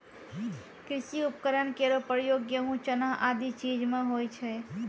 कृषि उपकरण केरो प्रयोग गेंहू, चना आदि चीज म होय छै